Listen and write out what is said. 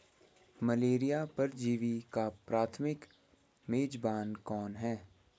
Malaria परजीवी का प्राथमिक मेजबान कौन है?